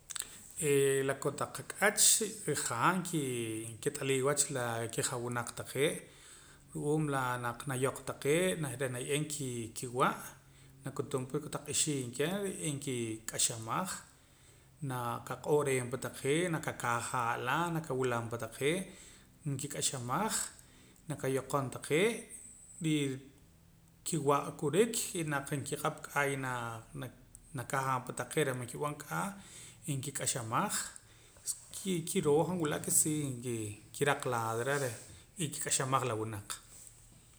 La kotaq ak'ach jaa ki kit'aliim wach la kijawunaq taqee' ru'uum la naq nayoq taqee' reh naye'eem kiwa' nakutum pa kotaq ixiim keh y nkik'axamaj naqaq'oor'eem pa taqee' naqakajaam la naqawilam pa taqee' nkik'axamaj naqayoqom taqee' y ki'wa'a kurik y naq nkiqap k'aa y nakajaam pa taqee' reh man kib'an k'aa nkik'axamaj kiroo han nwila' ke si nkiraq lado reh y nkik'axamaj la winaq